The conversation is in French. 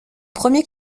premier